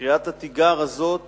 קריאת התיגר הזאת